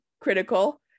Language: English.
critical